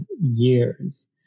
years